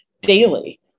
daily